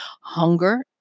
hunger